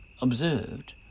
observed